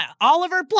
Oliver